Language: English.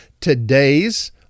today's